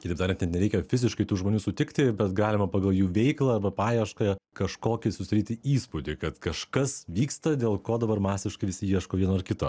kitaip tariant net nereikia fiziškai tų žmonių sutikti bet galima pagal jų veiklą arba paiešką kažkokį susidaryti įspūdį kad kažkas vyksta dėl ko dabar masiškai visi ieško vieno ar kito